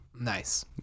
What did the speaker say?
Nice